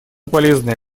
полезная